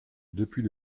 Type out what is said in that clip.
depuis